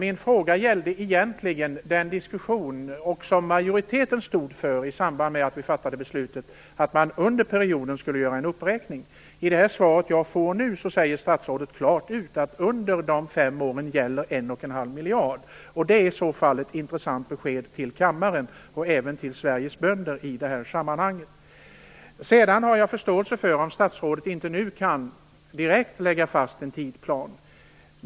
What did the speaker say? Min fråga gällde egentligen den diskussion som majoriteten stod för i samband med att beslutet fattades - att man under perioden skulle göra en uppräkning. I svaret jag får nu säger statsrådet rent ut att under dessa fem år gäller 1,5 miljarder kronor. Det är ett intressant besked till kammaren och till Sveriges bönder. Jag har förståelse för om statsrådet inte kan lägga fast en tidplan direkt.